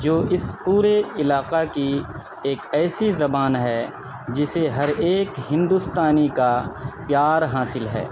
جو اس پورے علاقہ کی ایک ایسی زبان ہے جسے ہر ایک ہندوستانی کا پیار حاصل ہے